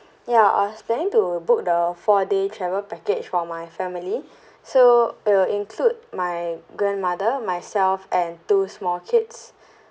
ya I was planning to book the four day travel package for my family so it will include my grandmother myself and two small kids